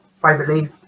privately